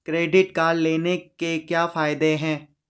Credit card लेने के क्या फायदे हैं?